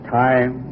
time